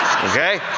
Okay